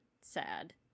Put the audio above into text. sad